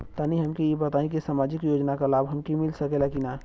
तनि हमके इ बताईं की सामाजिक योजना क लाभ हमके मिल सकेला की ना?